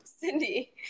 Cindy